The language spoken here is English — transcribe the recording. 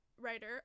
writer